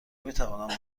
میتوانم